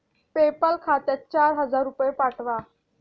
PayPal खात्यात चार हजार रुपये पाठवा